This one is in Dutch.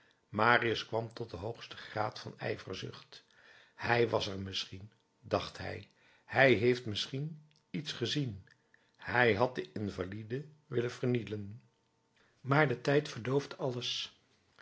marius kwam tot den hoogsten graad van ijverzucht hij was er misschien dacht hij hij heeft misschien iets gezien hij had den invalide willen vernielen maar de tijd verdooft alles